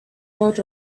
thought